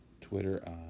Twitter